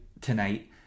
tonight